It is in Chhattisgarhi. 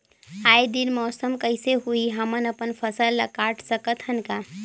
आय दिन मौसम कइसे होही, हमन अपन फसल ल काट सकत हन का?